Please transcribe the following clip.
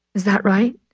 is that right.